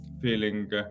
feeling